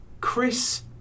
Chris